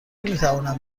میتوانم